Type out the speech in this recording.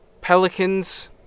Pelicans